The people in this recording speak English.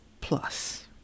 plus